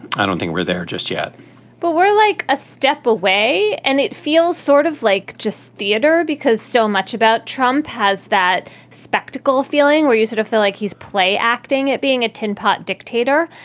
i don't think we're there just yet but we're like a step away. and it feels sort of like just theater, because so much about trump has that spectacle feeling where you sort of feel like he's play acting, it being a tinpot dictator.